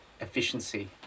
efficiency